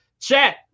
Chat